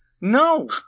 No